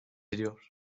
ediyor